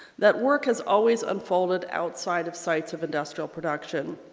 that work has always unfolded outside of sites of industrial production.